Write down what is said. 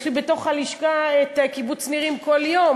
יש לי בתוך הלשכה את קיבוץ נירים כל יום,